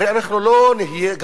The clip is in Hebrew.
הרי אנחנו לא נהיה ציונים.